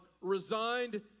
resigned